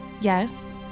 Yes